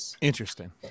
Interesting